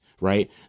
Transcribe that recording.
Right